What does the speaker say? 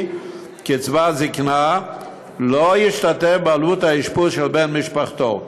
קצבת זקנה לא ישתתף בעלות האשפוז של בן משפחתו.